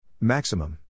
Maximum